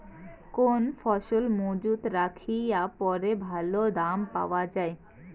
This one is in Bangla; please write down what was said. কোন ফসল মুজুত রাখিয়া পরে ভালো দাম পাওয়া যায়?